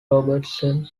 robertson